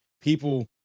people